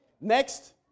Next